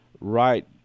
right